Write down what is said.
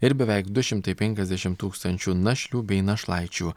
ir beveik du šimtai penkiasdešimt tūkstančių našlių bei našlaičių